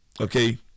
Okay